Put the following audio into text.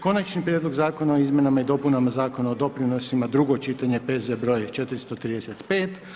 Konačni prijedlog Zakona o izmjenama i dopunama Zakona o doprinosima, drugo čitanje, P.Z.E. br. 435.